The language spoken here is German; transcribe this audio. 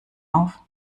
auf